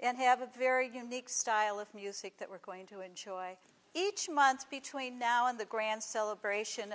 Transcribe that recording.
and have a very unique style of music that we're going to enjoy each month between now and the grand celebration